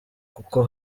kuko